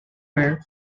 wear